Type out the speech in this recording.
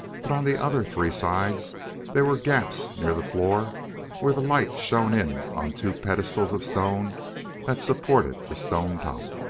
but on the other three sides there were gaps near the floor where the light shone in on two pedestals of stone that supported the stone top.